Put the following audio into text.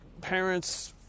Parents